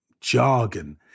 jargon